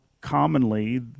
commonly